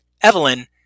Evelyn